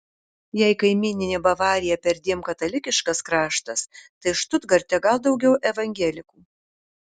jei kaimyninė bavarija perdėm katalikiškas kraštas tai štutgarte gal daugiau evangelikų